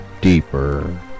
Deeper